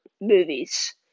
movies